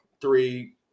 three